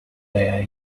their